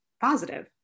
positive